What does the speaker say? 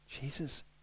Jesus